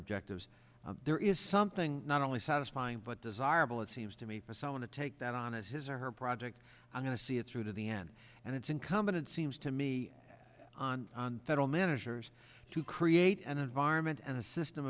objectives there is something not only satisfying but desirable it seems to me for someone to take that on as his or her project i'm going to see it through to the end and it's incumbent it seems to me on federal managers to create an environment and a system